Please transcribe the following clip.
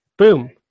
boom